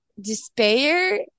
despair